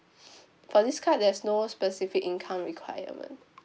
for this card there's no specific income requirement